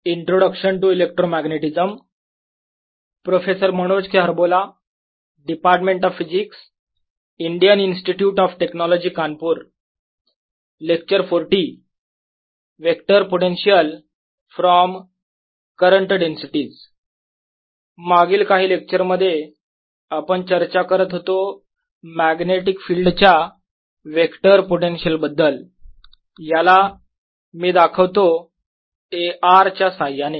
vector potential from current densities - 1 मागील काही lecture मध्ये आपण चर्चा करत होतो मॅग्नेटिक फिल्ड च्या वेक्टर पोटेन्शियल बद्दल याला मी दाखवतो A r च्या साह्याने